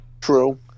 true